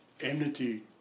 Enmity